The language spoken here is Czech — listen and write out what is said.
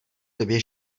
tobě